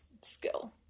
skill